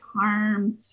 harm